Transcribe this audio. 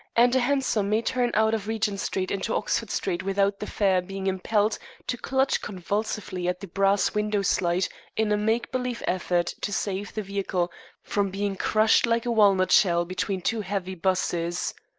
and a hansom may turn out of regent street into oxford street without the fare being impelled to clutch convulsively at the brass window-slide in a make-believe effort to save the vehicle from being crushed like a walnut shell between two heavy buses.